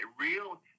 real